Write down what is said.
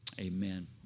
amen